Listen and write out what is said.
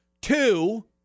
Two